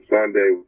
Sunday